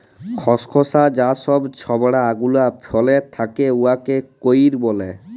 খসখসা যা ছব ছবড়া গুলা ফলের থ্যাকে উয়াকে কইর ব্যলে